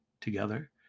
Together